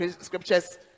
scriptures